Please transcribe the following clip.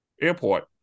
Airport